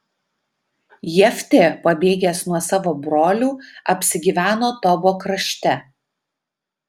jeftė pabėgęs nuo savo brolių apsigyveno tobo krašte